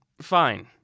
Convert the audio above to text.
fine